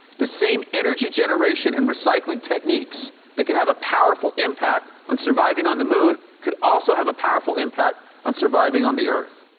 the same energy generation and recycling techniques that could have a powerful impact on surviving on the moon could also have a powerful impact on surviving on the earth.